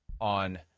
on